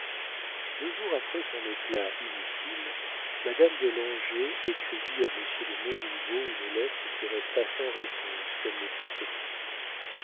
deux jours après son éclat inutile madame de langeais écrivit à monsieur de montriveau une lettre qui resta sans réponse comme les précédentes